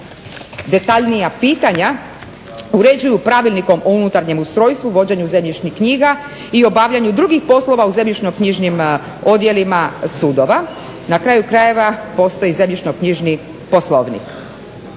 detaljnija pitanja uređuju Pravilnikom o unutarnjem ustrojstvu, vođenju zemljišnih knjiga i obavljanju drugih poslova u zemljišno-knjižnim odjelima sudova. Na kraju krajeva, postoji zemljišno-knjižni poslovnik.